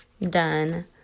done